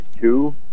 two